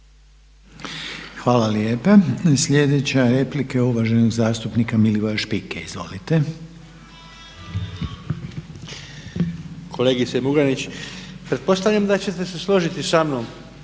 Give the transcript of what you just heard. Hvala lijepa. Slijedeća replika je uvaženog zastupnika Milivoja Špike. Izvolite. **Špika, Milivoj (BUZ)** Kolegice Murganić, pretpostavljam da ćete se složiti samnom